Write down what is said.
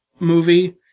movie